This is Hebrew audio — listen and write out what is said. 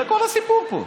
זה כל הסיפור פה.